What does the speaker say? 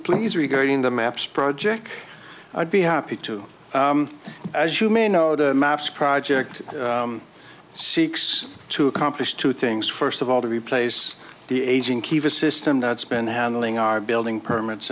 please regarding the maps project i'd be happy to as you may know the maps project seeks to accomplish two things first of all to replace the aging kiva system that's been handling our building permits